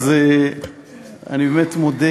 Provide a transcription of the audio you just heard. אז אני באמת מודה